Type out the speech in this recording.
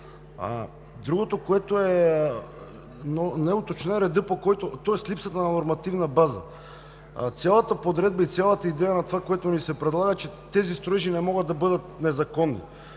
Другото е липсата на нормативна база. Цялата подредба и идея на това, което ни се предлага, е, че тези строежи не могат да бъдат незаконни.